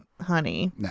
honey